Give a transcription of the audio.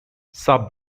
sub